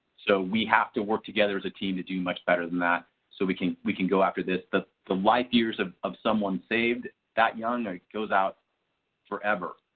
so we have to work together as a team to do much better than that so we can we can go after this but the life years of of someone saved that young goes on forever.